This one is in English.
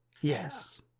yes